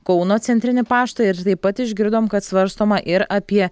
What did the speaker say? kauno centrinį paštą ir taip pat išgirdom kad svarstoma ir apie